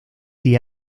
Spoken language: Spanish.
the